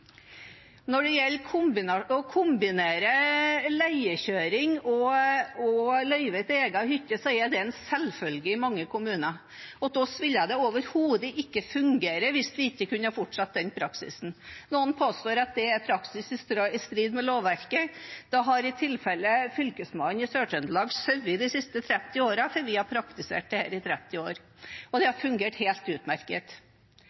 kombinere leiekjøring og løyve til egen hytte, er det en selvfølge i mange kommuner. Hos oss ville det overhodet ikke fungere hvis vi ikke kunne fortsette den praksisen. Noen påstår at det er en praksis i strid med lovverket. Da har i tilfelle Fylkesmannen i Sør-Trøndelag sovet de siste 30 årene, for vi har praktisert dette i 30 år, og det